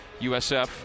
USF